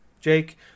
Jake